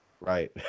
Right